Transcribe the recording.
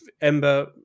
Ember